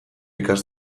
ikas